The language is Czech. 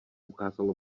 ukázalo